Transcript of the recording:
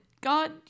God